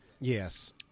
Yes